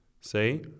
Say